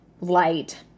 light